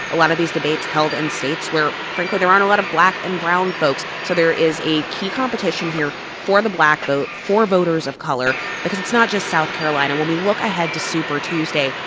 a lot of these debates held in states where, frankly, there aren't a lot of black and brown folks, so there is a key competition here for the black vote, for voters of color because it's not just south carolina. when we look ahead to super tuesday,